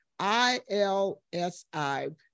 ILSI